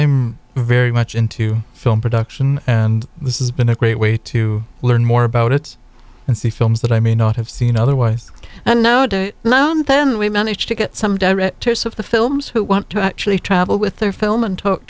i'm very much into film production and this is been a great way to learn more about it and see films that i may not have seen otherwise and know to then we manage to get some directors of the films who want to actually travel with their film and talk